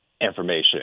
information